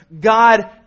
God